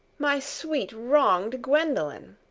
my sweet wronged gwendolen!